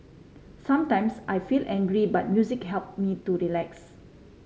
sometimes I feel angry but music help me to relax